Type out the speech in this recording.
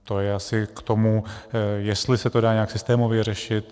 To je asi k tomu, jestli se to dá nějak systémově řešit.